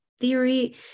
theory